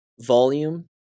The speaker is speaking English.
volume